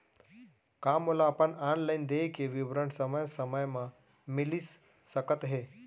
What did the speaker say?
का मोला अपन ऑनलाइन देय के विवरण समय समय म मिलिस सकत हे?